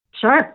sure